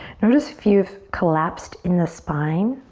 notice if you've collapsed in the spine.